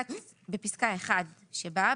בפסקה (1) שבה,